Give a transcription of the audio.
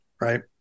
right